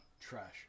Trash